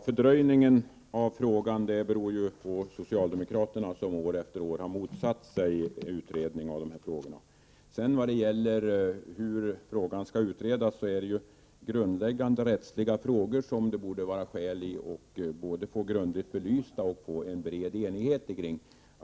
Herr talman! Fördröjningen beror på socialdemokraterna, som år efter år har motsatt sig en utredning. När det gäller hur frågorna skall utredas vill jag säga att detta är grundläggande rättsliga frågor som det borde vara skäl i att både få grundligt belysta och att nå en bred enighet kring.